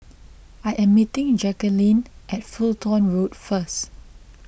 I am meeting Jackeline at Fulton Road first